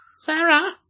Sarah